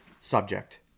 subject